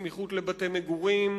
בסמיכות לבתי מגורים,